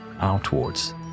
outwards